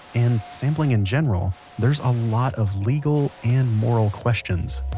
and sampling in general, there's a lot of legal and moral questions